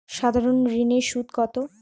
সাধারণ ঋণের সুদ কত?